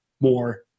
more